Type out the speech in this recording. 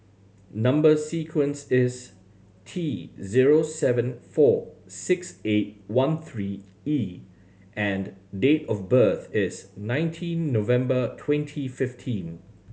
number sequence is T zero seven four six eight one three E and date of birth is nineteen November twenty fifteen